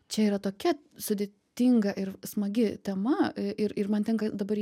čia yra tokia sudėtinga ir smagi tema ir ir man tenka dabar